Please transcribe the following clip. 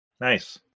Nice